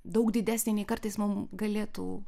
daug didesnė nei kartais mum galėtų